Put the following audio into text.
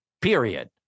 period